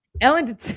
Ellen